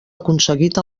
aconseguit